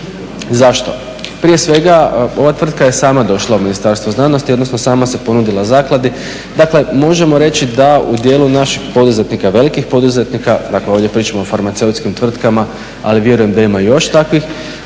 Zašto? Prije svega ova tvrtka je sama došla u Ministarstvo znanosti, odnosno sama se ponudila zakladi, dakle možemo reći da u dijelu naših poduzetnika, velikih poduzetnika dakle ovdje pričamo o farmaceutskim tvrtkama, ali vjerujem da ima još takvih